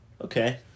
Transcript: Okay